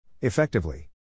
Effectively